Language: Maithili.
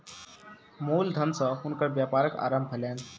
मूल धन सॅ हुनकर व्यापारक आरम्भ भेलैन